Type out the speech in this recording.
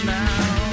now